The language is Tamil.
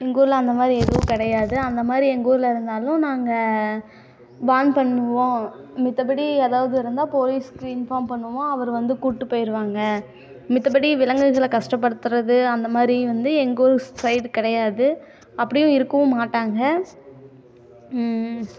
எங்கள் ஊரில் அந்த மாதிரி எதுவும் கிடையாது அந்த மாதிரி எங்கள் ஊரில் இருந்தாலும் நாங்கள் வான் பண்ணுவோம் மத்தபடி ஏதாவது இருந்தால் போலீஸ்க்கு இன்ஃபாம் பண்ணுவோம் அவர் வந்து கூட்டிகிட்டு போயிடுவாங்க மத்தபடி விலங்குகளை கஷ்டப்படுத்துகிறது அந்த மாதிரி வந்து எங்க ஊர் சைடு கிடையாது அப்படியும் இருக்கவும் மாட்டாங்க